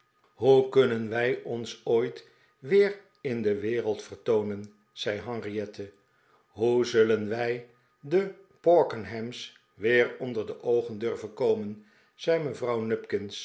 hoe kunnen wij ons ooit weer in de wereld vertoonen zei henriette hoe zujlen wij de porkenham's weer onder de oogen durven komen zei mevrouw